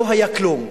לא היה כלום.